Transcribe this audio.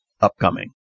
upcoming